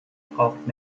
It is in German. braucht